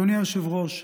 אדוני היושב-ראש,